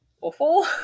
awful